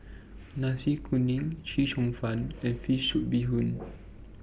Nasi Kuning Chee Cheong Fun and Fish Soup Bee Hoon